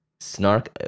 Snark